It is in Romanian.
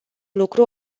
lucru